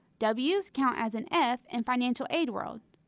w's counts as an f in financial aid world.